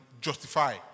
justify